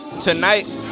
Tonight